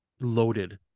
loaded